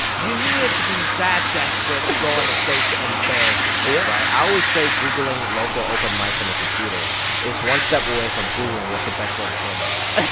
you needed to be that desperate to go on the stage to embarrass yourself, right? yeah i always say googling local open mics on your computer is one step away from googling what's the best way to kill myself